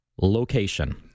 location